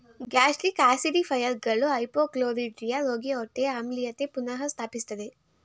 gastric ಆಸಿಡಿಫೈಯರ್ಗಳು hypochlorhydria ರೋಗಿಯ ಹೊಟ್ಟೆಯ ಆಮ್ಲೀಯತೆ ಪುನಃ ಸ್ಥಾಪಿಸ್ತದೆ